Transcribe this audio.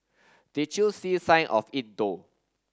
did you see sign of it though